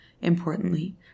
Importantly